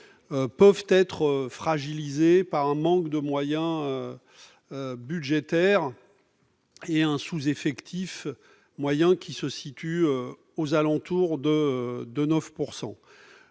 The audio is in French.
peuvent être fragilisées par un manque de moyens budgétaires et un sous-effectif moyen, qui se situe aux alentours de 9 %.